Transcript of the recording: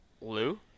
Lou